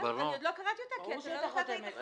אני עוד לא קראתי אותה כי אתה לא נתת לי את החומר.